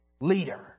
leader